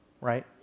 right